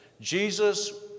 Jesus